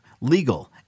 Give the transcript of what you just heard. legal